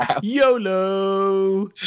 YOLO